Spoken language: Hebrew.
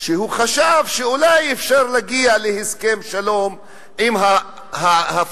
שהוא חשב שאולי אפשר להגיע להסכם שלום עם הפלסטינים,